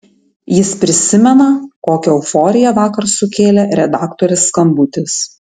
jis prisimena kokią euforiją vakar sukėlė redaktorės skambutis